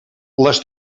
les